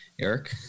Eric